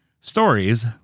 Stories